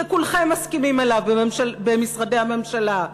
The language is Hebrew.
שכולכם מסכימים עליו במשרדי הממשלה,